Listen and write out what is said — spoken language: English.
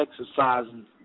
exercising